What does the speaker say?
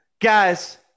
Guys